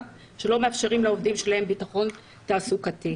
שלא מאפשרים לעובדים שלהם ביטחון תעסוקתי.